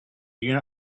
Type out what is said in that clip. unit